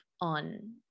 on